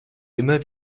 immer